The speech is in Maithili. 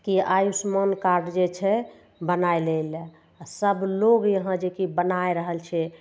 कि आयुष्मान कार्ड जे छै बनाय लै लए सब लोग यहाँ जे कि बनाय रहल छै